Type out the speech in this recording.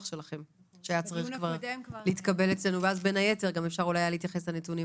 שלכם שהיה צריך להתקבל אצלנו ואז בין היתר גם אפשר היה להתייחס לנתונים